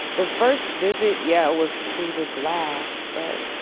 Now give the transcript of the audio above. the first visit, yeah, was through the glass. but